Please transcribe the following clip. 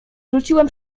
rzuciłem